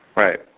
Right